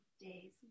days